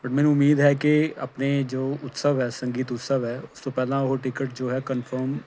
ਪਰ ਮੈਨੂੰ ਉਮੀਦ ਹੈ ਕਿ ਆਪਣੇ ਜੋ ਉਤਸਵ ਹੈ ਸੰਗੀਤ ਉਤਸਵ ਹੈ ਉਸ ਤੋਂ ਪਹਿਲਾਂ ਉਹ ਟਿਕਟ ਜੋ ਹੈ ਕਨਫਰਮ